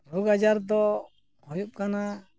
ᱨᱳᱜᱽ ᱟᱡᱟᱨ ᱫᱚ ᱦᱩᱭᱩᱜ ᱠᱟᱱᱟ